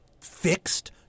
fixed